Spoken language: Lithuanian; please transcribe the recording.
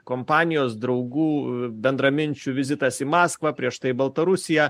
kompanijos draugų bendraminčių vizitas į maskvą prieš tai baltarusiją